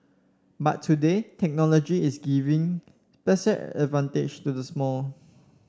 but today technology is giving advantage to the small